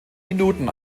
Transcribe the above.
minuten